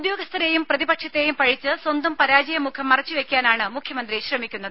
ഉദ്യോഗസ്ഥരെയും പ്രതിപക്ഷത്തെയും പഴിച്ച് സ്വന്തം പരാജയ മുഖം മറച്ചുവെക്കാനാണ് മുഖ്യമന്ത്രി ശ്രമിക്കുന്നത്